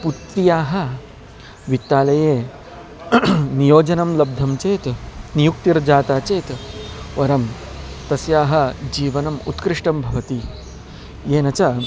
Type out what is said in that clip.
पुत्र्याः वित्तालये नियोजनं लब्धं चेत् नियुक्तिर्जाता चेत् वरं तस्याः जीवनम् उत्कृष्टं भवति येन च